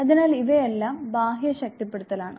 അതിനാൽ ഇവയെല്ലാം ബാഹ്യ ശക്തിപ്പെടുത്തലാണ്